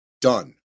done